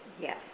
Yes